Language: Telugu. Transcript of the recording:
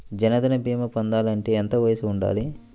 జన్ధన్ భీమా పొందాలి అంటే ఎంత వయసు ఉండాలి?